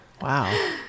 Wow